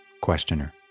Questioner